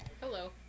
Hello